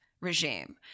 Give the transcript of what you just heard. regime